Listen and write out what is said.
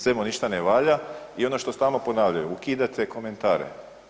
Sve mu ništa ne valja i ono što stalno ponavljaju, ukidate komentare.